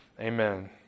Amen